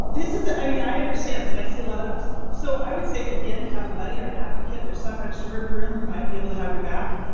this is. i mean i understand this and i see a lot of so i would say again have a buddy or an advocate. there's some extrovert in the room who might be able to have your back.